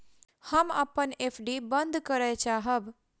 हम अपन एफ.डी बंद करय चाहब